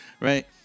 right